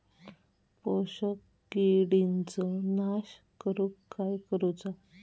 शोषक किडींचो नाश करूक काय करुचा?